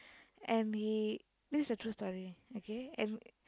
and he this is a true story okay and